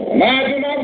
Imagine